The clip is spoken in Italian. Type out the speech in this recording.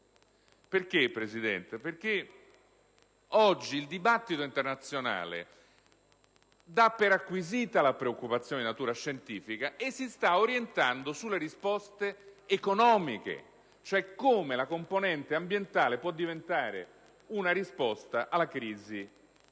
politico, perché oggi il dibattito internazionale dà per acquisita la preoccupazione di natura scientifica e si sta orientando sulle risposte economiche, cioè su come la componente ambientale può diventare una risposta alla crisi